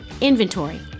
inventory